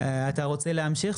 אדוני, האם אתה רוצה להמשיך?